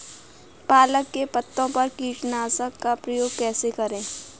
पालक के पत्तों पर कीटनाशक का प्रयोग कैसे करें?